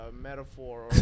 metaphor